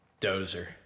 dozer